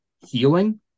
healing